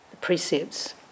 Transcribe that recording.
precepts